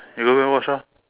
you go back and watch orh